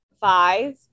five